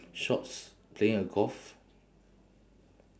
shorts playing uh golf